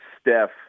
Steph